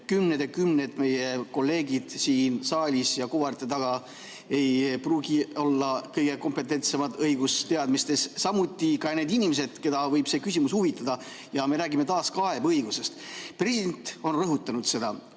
kümned meie kolleegid siin saalis ja kuvarite taga ei pruugi olla kõige kompetentsemad õigusteadmistes, samuti need inimesed, keda võib see küsimus huvitada. Me räägime taas kaebeõigusest. President on rõhutanud seda